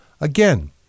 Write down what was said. Again